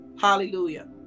Hallelujah